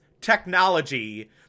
technology